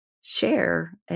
share